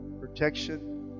protection